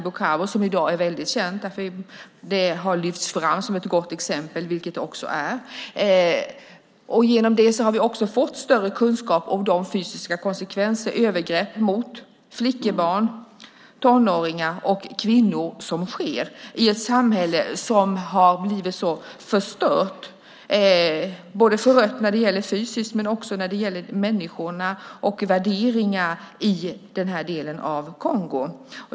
Det är i dag väldigt känt och har lyfts fram som ett gott exempel, vilket det också är. Genom det har vi också fått större kunskap om de fysiska konsekvenserna och övergreppen mot flickebarn, tonåringar och kvinnor som sker i ett samhälle som har blivit så förstört och förött, både fysiskt och när det gäller människornas värderingar, som den här delen av Kongo.